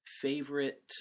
favorite